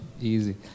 easy